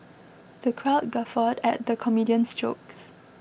the crowd guffawed at the comedian's jokes